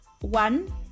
one